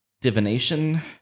divination